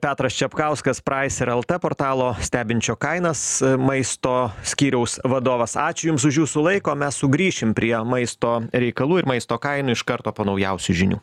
petras čepkauskas praiser lt portalo stebinčio kainas maisto skyriaus vadovas ačiū jums už jūsų laiką o mes sugrįšim prie maisto reikalų ir maisto kainų iš karto po naujausių žinių